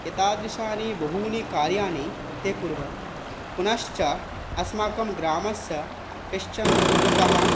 एतादृशानि बहूनि कार्याणि ते कुर्वन्ति पुनश्च अस्माकं ग्रामस्य कश्चन युवकः